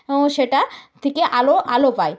ও সেটা থেকে আলো আলো পাই